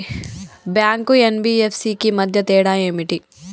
Bank కు NBFC కు మధ్య తేడా ఏమిటి?